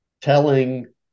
telling